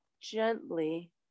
gently